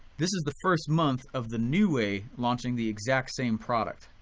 this is the first month of the new way launching the exact same product.